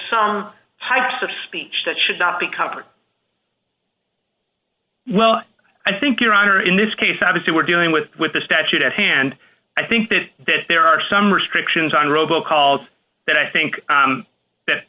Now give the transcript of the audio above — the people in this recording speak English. some types of speech that should not be covered well i think your honor in this case obviously we're dealing with the statute at hand i think that there are some restrictions on robo calls that i think that